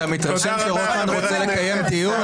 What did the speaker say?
אתה מתרשם שרוטמן רוצה לקיים דיון?